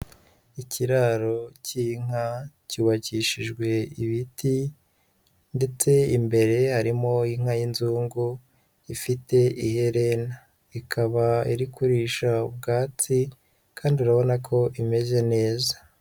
Ikiraro cy'inka cyubakishijwe ibiti ndetse imbere harimo inka y'inzungu ifite iherena, ikaba iri kurisha ubwatsi kandi urabona ko imeze neza.